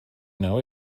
know